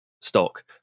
stock